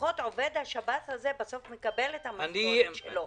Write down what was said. לפחות עובד השב"ס הזה בסוף מקבל את המשכורת שלו,